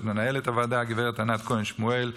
זאת מנהלת הוועדה הגב' ענת כהן שמואל,